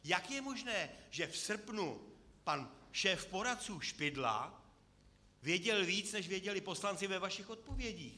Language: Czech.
Jak je možné, že v srpnu pan šéf poradců Špidla věděl víc, než věděli poslanci ve vašich odpovědích?